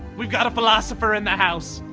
we've got a philosopher in the house.